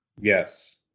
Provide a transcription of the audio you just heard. Yes